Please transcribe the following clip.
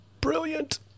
Brilliant